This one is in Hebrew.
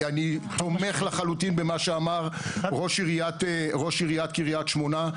אני תומך לחלוטין במה שאמר ראש עיריית קריית שמונה.